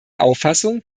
auffassung